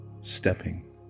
stepping